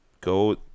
go